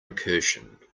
recursion